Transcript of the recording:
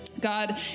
God